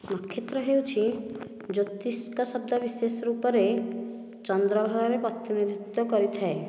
ନକ୍ଷେତ୍ର ହେଉଛି ଜ୍ୟୋତିଷ୍କ ଶବ୍ଦ ବିଶେଷ ରୂପରେ ଚନ୍ଦ୍ର ଭାଗରେ ପ୍ରତିନିଧିତ୍ୱ କରିଥାଏ